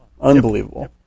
Unbelievable